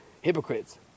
hypocrites